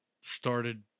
started